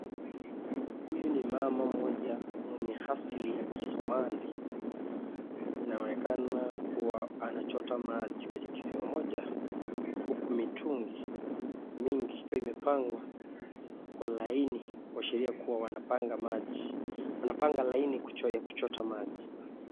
Huyu ni mama mmoja mwenye asili ya kisomali, anaonekana kuwa anachota maji kwenye kisima moja uku mitungi mingi ikiwa imepangwa kwa laini kuashiria kuwa wanapanga laini ya kuchota maji.